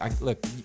look